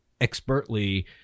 expertly